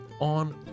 on